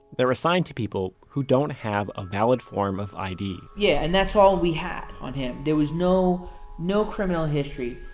they're assigned to people who don't have a valid form of id yeah and that's all we had on him. there was no no criminal history,